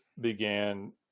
began